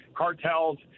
cartels